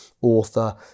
author